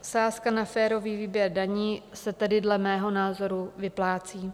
Sázka na férový výběr daní se tedy dle mého názoru vyplácí.